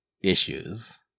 issues